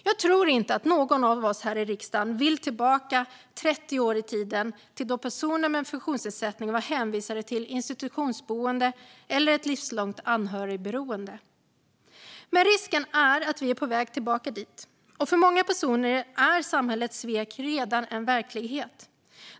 Jag tror inte att någon av oss här i riksdagen vill tillbaka 30 år i tiden då personer med en funktionsnedsättning var hänvisade till institutionsboende eller ett livslångt anhörigberoende. Men risken är att vi är på väg tillbaka dit. Och för många personer är samhällets svek redan en verklighet.